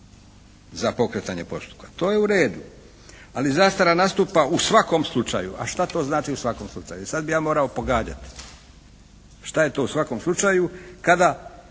Za pokretanje postupka. To je u redu. Ali zastara nastupa u svakom slučaju. A šta to znači u svakom slučaju? Sad bi ja morao pogađati šta je to u svakom slučaju